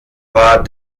war